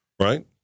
right